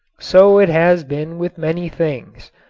so it has been with many things.